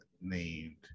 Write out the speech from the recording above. named